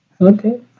okay